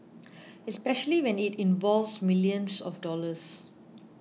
especially when it involves millions of dollars